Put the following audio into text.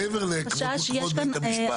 מעבר לכבוד בית המשפט.